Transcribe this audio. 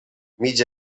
mig